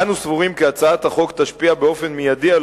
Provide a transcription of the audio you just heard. אנו סבורים כי הצעת החוק תשפיע באופן מיידי על